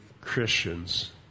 Christians